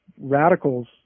radicals